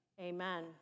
amen